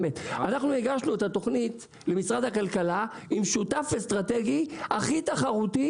אנחנו הגשנו את התוכנית למשרד הכלכלה עם שותף אסטרטגי הכי תחרותי